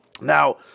Now